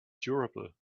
durable